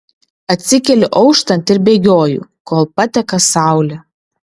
atsikeliu auštant ir bėgioju kol pateka saulė